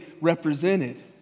represented